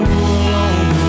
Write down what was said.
alone